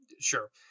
Sure